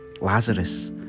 lazarus